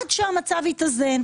עד שהמצב יתאזן.